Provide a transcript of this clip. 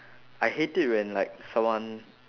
I hate it when like someone